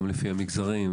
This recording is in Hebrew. גם לפי המגזרים,